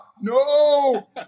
No